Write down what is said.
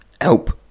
help